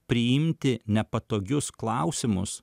priimti nepatogius klausimus